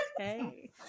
Okay